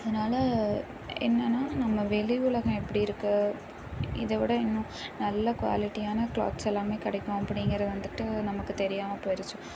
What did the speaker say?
அதனால் என்னென்னா நம்ம வெளி உலகம் எப்படி இருக்குது இதை விட இன்னும் நல்ல குவாலிட்டியான க்ளாத்ஸ் எல்லாமே கிடைக்கும் அப்படிங்குறது வந்துட்டு நமக்கு தெரியாமல் போயிடுச்சி